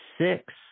six